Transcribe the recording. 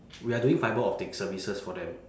we are doing fibre optic services for them